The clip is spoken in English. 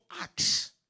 Acts